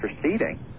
proceeding